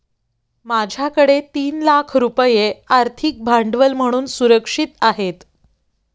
माझ्याकडे तीन लाख रुपये आर्थिक भांडवल म्हणून सुरक्षित आहेत